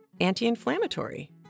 anti-inflammatory